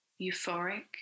euphoric